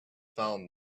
found